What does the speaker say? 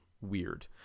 weird